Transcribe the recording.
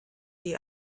die